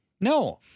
No